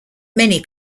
many